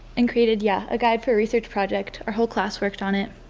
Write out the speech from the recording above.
and created yeah, a guide for research project. our whole class worked on it.